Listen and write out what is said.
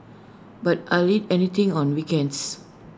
but I'd eat anything on weekends